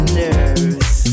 nerves